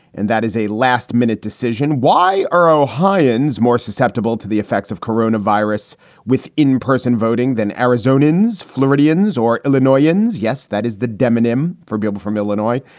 and that is a last minute decision. why are ohioans more susceptible to the effects of corona virus with in-person voting than arizonans, floridians or illinoisans? yes, that is the dem anim for bill from illinois.